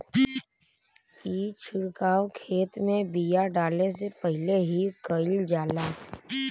ई छिड़काव खेत में बिया डाले से पहिले ही कईल जाला